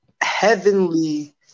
heavenly